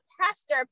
pastor